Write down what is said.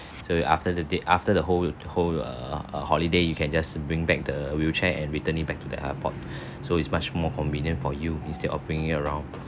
so after the date after the whole whole err holiday you can just bring back the wheelchair and return it back to the airport so it's much more convenient for you instead of bringing it around